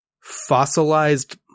fossilized